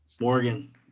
Morgan